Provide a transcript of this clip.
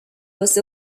was